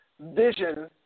vision